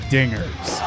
Dingers